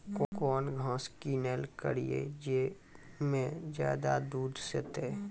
कौन घास किनैल करिए ज मे ज्यादा दूध सेते?